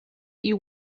you